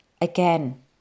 again